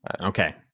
Okay